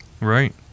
Right